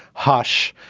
hush.